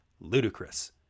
ludicrous